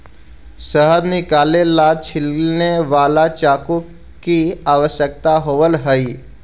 शहद निकाले ला छिलने वाला चाकू की आवश्यकता होवअ हई